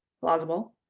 Plausible